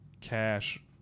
cash